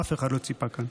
אף אחד לא ציפה כאן.